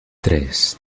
tres